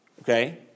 okay